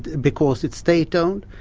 because it's state owned,